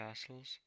castles